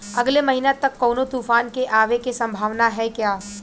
अगले महीना तक कौनो तूफान के आवे के संभावाना है क्या?